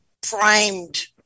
primed